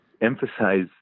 emphasize